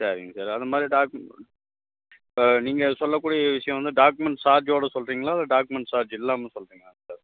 சரிங்க சார் அந்தமாதிரி இப்போ நீங்கள் சொல்லக்கூடிய விஷயம் வந்து டாக்குமெண்ட் சார்ஜோடு சொல்கிறீங்களா இல்லை டாக்குமெண்ட் சார்ஜ் இல்லாமல் சொல்கிறிங்களா சார்